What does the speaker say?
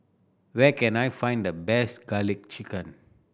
where can I find the best Garlic Chicken